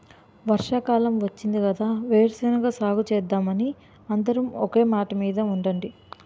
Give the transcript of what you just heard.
వర్షాకాలం వచ్చింది కదా వేరుశెనగ సాగుసేద్దామని అందరం ఒకే మాటమీద ఉండండి